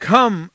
Come